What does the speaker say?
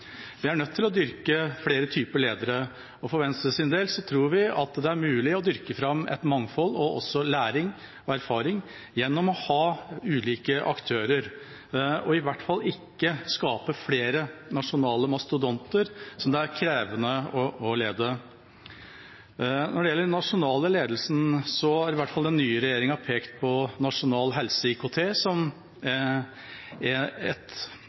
Vi er nødt til å dyrke flere typer ledere. For Venstres del tror vi at det er mulig å dyrke fram et mangfold og også læring og erfaring gjennom å ha ulike aktører, og i hvert fall ikke skape flere nasjonale mastodonter som det er krevende å lede. Når det gjelder den nasjonale ledelsen, har i hvert fall den nye regjeringa pekt på nasjonal helse-IKT som ett virkemiddel for å gjennomføre i større grad og skape mer standardiserte løsninger. En annen versjon av det er